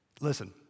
Listen